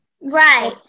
right